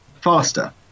faster